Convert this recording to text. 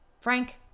Frank